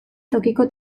tokiko